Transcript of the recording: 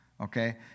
okay